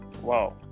wow